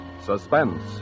Suspense